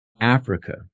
Africa